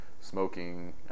smoking